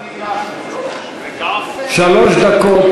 שלוש דקות.